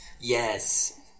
Yes